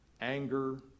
anger